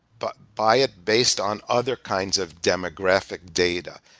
but buy it based on other kinds of demographic data,